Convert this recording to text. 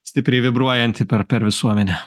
stipriai vibruojanti per per visuomenę